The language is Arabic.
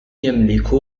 يملك